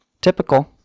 Typical